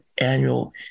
annual